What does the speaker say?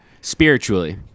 spiritually